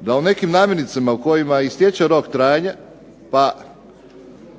da nekim namirnicama kojima istječe rok trajanja, pa